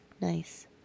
Nice